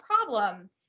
problem